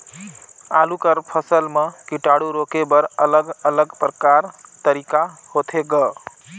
आलू कर फसल म कीटाणु रोके बर अलग अलग प्रकार तरीका होथे ग?